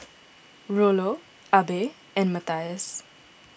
Rollo Abe and Matthias